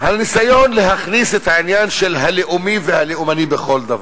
הניסיון להכניס את העניין של הלאומי והלאומני בכל דבר.